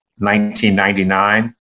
1999